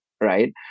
right